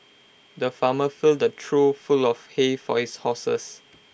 the farmer filled A trough full of hay for his horses